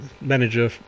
manager